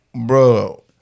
Bro